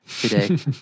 today